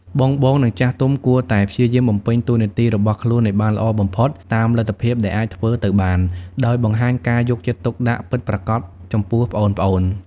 បងៗ និងចាស់ទុំគួរតែព្យាយាមបំពេញតួនាទីរបស់ខ្លួនឱ្យបានល្អបំផុតតាមលទ្ធភាពដែលអាចធ្វើទៅបាន ដោយបង្ហាញការយកចិត្តទុកដាក់ពិតប្រាកដចំពោះប្អូនៗ។